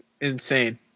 insane